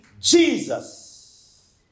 Jesus